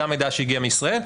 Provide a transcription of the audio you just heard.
גם מידע שהגיע מישראל,